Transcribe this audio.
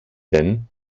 denn